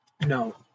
No